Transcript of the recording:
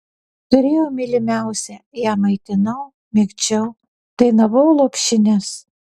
turėjau mylimiausią ją maitinau migdžiau dainavau lopšines